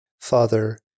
Father